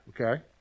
Okay